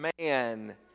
man